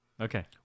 Okay